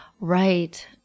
Right